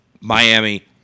Miami